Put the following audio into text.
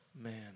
Man